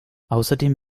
außerdem